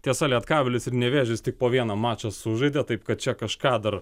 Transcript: tiesa lietkabelis ir nevėžis tik po vieną mačą sužaidė taip kad čia kažką dar